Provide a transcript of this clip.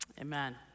amen